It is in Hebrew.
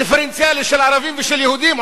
דיפרנציאלי של ערבים ושל יהודים,